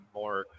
more